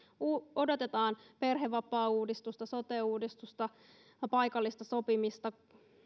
odotetaan perhevapaauudistusta sote uudistusta paikallista sopimista